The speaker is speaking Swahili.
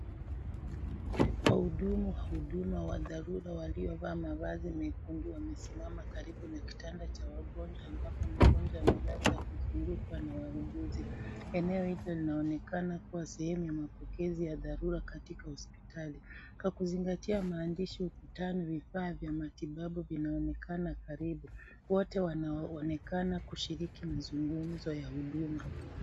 Wahudumu wa huduma wa dharura waliovaa mavazi mekundu wamesimama karibu na kitanda cha wagonjwa ambapo mgonjwa amelawa akizungukwa na wauguzi , eneo hilo linaonekana kuwa sehemu ya mapokezi ya dharura katika hospitali kwa kuzingatia maandishi ukutani vifaa ya matibabu vinaonekana karibu wote wanaonekana kushiriki mazungumzo ya huduma.